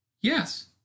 Yes